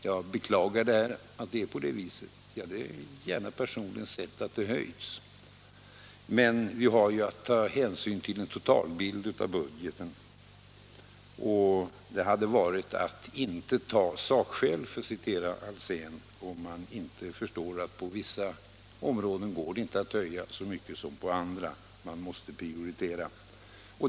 Jag beklagar att det är på det viset. Jag hade personligen gärna sett att anslagsbeloppet hade höjts, men vi har att ta hänsyn till en totalbild av budgeten, och det hade varit att inte ta sakskäl — för att apostrofera herr Alsén — om man inte hade förstått att det på vissa områden inte går att höja lika mycket som på andra. Man måste prioritera.